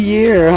Year